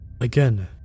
Again